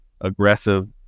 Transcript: aggressive